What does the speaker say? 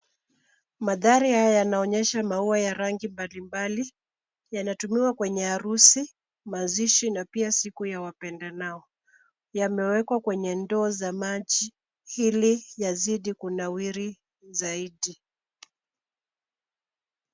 Mandhari haya yanaonyesha maua ya rangi mbali mbali. Yanatumiwa kwenye harusi, mazishi na pia siku ya wapendanao. Yamewekwa kwenye ndoo za maji iliyazidi kunawiri zaidi.